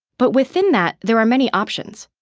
but within that, there are many options.